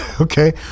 Okay